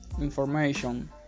Information